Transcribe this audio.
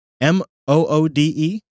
M-O-O-D-E